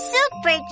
Super